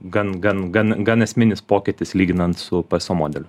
gan gan gan gan esminis pokytis lyginant su pso modeliu